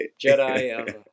Jedi